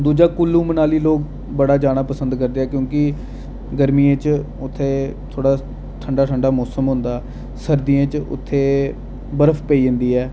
दूजा कुल्लू मनाली लोक बड़ा जाना पसंद करदे क्योंकि गर्मियें च उत्थै थ्होड़ा ठंडा ठंडा मौसम होंदा सर्दियें च उत्थै बर्फ पेई जंदी ऐ